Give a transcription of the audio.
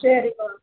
சரிப்பா